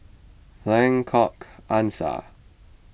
Lengkok Angsa